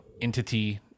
entity